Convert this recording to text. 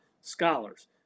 scholars